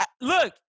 Look